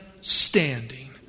standing